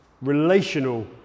relational